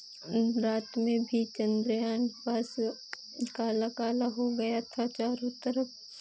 रात में भी चन्द्रग्रहण पास काला काला हो गया था चारों तरफ